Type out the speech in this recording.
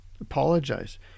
apologize